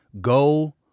go